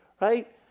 right